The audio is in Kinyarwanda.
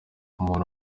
umuntu